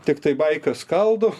tiktai baikas skaldo